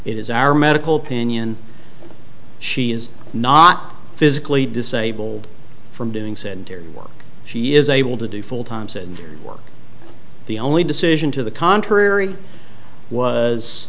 it is our medical opinion she is not physically disabled from doing sendiri work she is able to do full time said work the only decision to the contrary was